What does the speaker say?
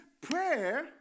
prayer